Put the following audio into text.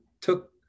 took